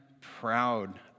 proud